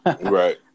right